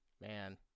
man